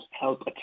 help